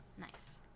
Nice